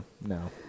no